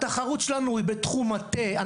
התחרות שלנו היא בתחום התה,